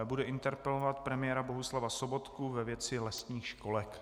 Bude interpelovat premiéra Bohuslava Sobotku ve věci lesních školek.